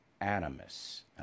animus